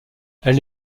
elle